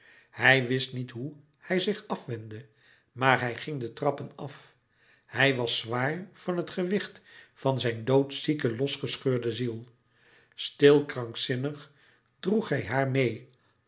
hij wist niet hoe hij zich afwendde maar hij ging de trappen af hij was zwaar van het gewicht van zijn doodzieke losgescheurde ziel stil krankzinnig droeg hij haar meê